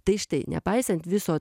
tai štai nepaisant viso